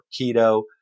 keto